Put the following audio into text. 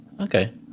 Okay